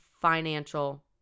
financial